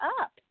up